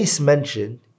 mentioned